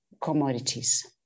commodities